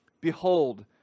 Behold